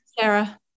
Sarah